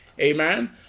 Amen